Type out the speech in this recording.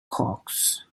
cox